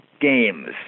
games